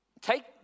Take